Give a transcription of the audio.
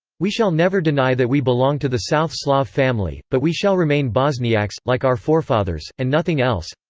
we shall never deny that we belong to the south slav family but we shall remain bosniaks, like our forefathers, and nothing else.